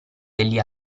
degli